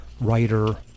writer